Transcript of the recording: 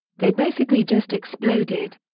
they basically just exploded.